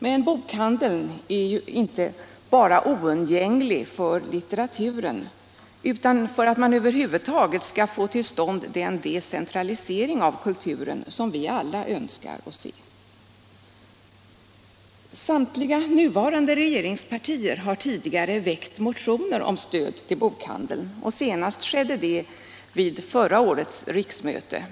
Men bokhandeln är inte bara oundgänglig för litteraturen utan även för att man över huvud taget skall kunna få till stånd den decentralisering av kulturen som vi alla önskar se. Samtliga nuvarande regeringspartier har tidigare väckt motioner om stöd till bokhandeln. Senast skedde det vid förra årets riksmöte.